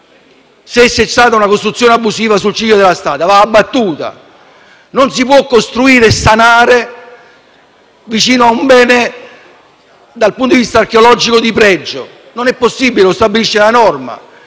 se c’è una costruzione abusiva sul ciglio della strada, va abbattuta. Non si può costruire e sanare vicino a un bene di pregio dal punto di vista archeologico: non è possibile; lo stabilisce la norma.